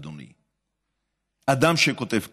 אדוני, אדם שכותב כך.